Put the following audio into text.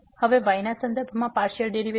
હવે y ના સંદર્ભમાં પાર્સીઅલ ડેરીવેટીવ